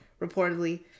reportedly